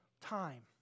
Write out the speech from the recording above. time